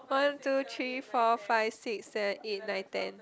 one two three four five six seven eight nine ten